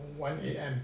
one A_M